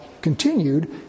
continued